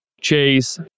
chase